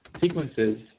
sequences